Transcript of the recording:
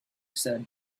said